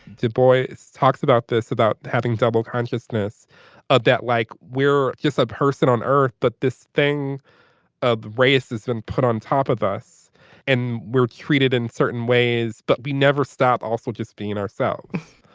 dubois talks about this about having a double consciousness that like we're just a person on earth but this thing of race has been put on top of us and we're treated in certain ways but we never stop also just being ourselves.